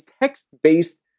text-based